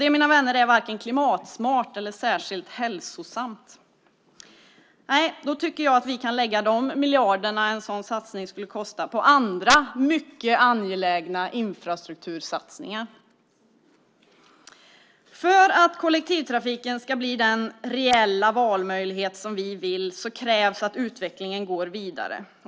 Det, mina vänner, är varken klimatsmart eller särskilt hälsosamt. Jag tycker att vi kan lägga de miljarder som en sådan satsning skulle kosta på andra mycket angelägna infrastruktursatsningar. För att kollektivtrafiken ska bli den reella valmöjlighet som vi vill krävs att utvecklingen går vidare.